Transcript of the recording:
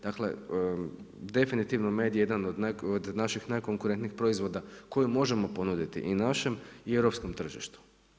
Dakle, definitivno med je jedan od naših najkonkurentnijih proizvoda koji možemo ponuditi i našim i europskom tržištu.